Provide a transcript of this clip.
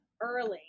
early